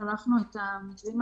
לחלקנו יש גם בני משפחה בתוך המערכת.